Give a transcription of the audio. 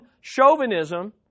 chauvinism